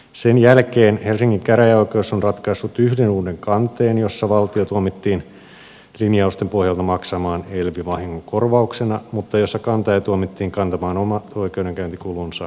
sen jälkeen helsingin käräjäoikeus on ratkaissut yhden uuden kanteen jossa valtio tuomittiin linjausten pohjalta maksamaan elv vahingonkorvauksena mutta jossa kantaja tuomittiin kantamaan omat oikeudenkäyntikulunsa